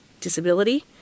disability